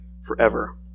forever